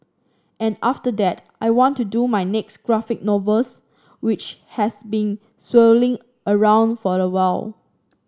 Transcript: and after that I want do my next graphic novels which has been swirling around for a while